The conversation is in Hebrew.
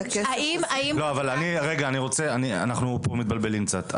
אבל אני רוצה, אנחנו פה מתבלבלים קצת.